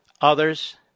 Others